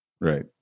Right